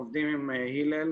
עובדים עם 'הלל',